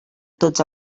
tots